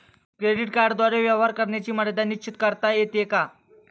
Credit कार्डद्वारे व्यवहार करण्याची मर्यादा निश्चित करता येते का?